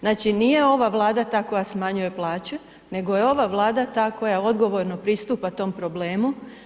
Znači nije ova Vlada ta koja smanjuje plaće nego je ova Vlada ta koja odgovorno pristupa tom problemu.